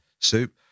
soup